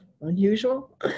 Unusual